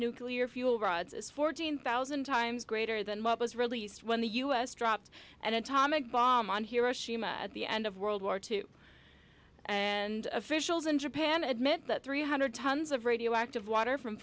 nuclear fuel rods is fourteen thousand times greater than what was released when the u s dropped an atomic bomb on hiroshima at the end of world war two and officials in japan admit that three hundred tons of radioactive water fro